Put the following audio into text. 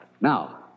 Now